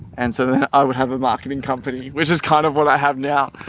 and so then i would have a marketing company which is kind of what i have now.